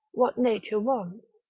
what nature wants.